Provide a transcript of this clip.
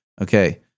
okay